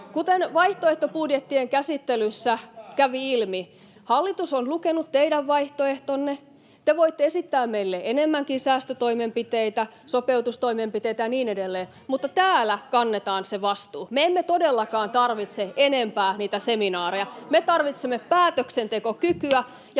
Kuten vaihtoehtobudjettien käsittelyssä kävi ilmi, hallitus on lukenut teidän vaihtoehtonne, ja te voitte esittää meille enemmänkin säästötoimenpiteitä, sopeutustoimenpiteitä ja niin edelleen, mutta täällä kannetaan se vastuu. Me emme todellakaan tarvitse enempää niitä seminaareja. Me tarvitsemme päätöksentekokykyä,